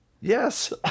Yes